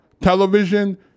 television